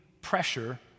pressure